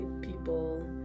people